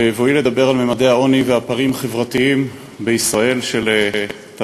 בבואי לדבר על ממדי העוני והפערים החברתיים בישראל של תשע"ו,